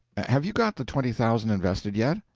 have you got the twenty thousand invested yet?